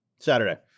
Saturday